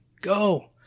Go